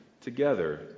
together